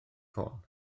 ffôn